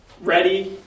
ready